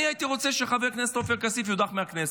אני הייתי רוצה שחבר הכנסת עופר כסיף יודח מהכנסת.